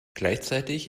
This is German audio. gleichzeitig